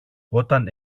όταν